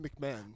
mcmahon